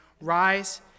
Rise